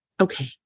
Okay